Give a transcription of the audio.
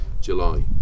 July